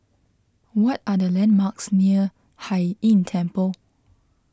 what are the landmarks near Hai Inn Temple